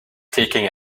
taking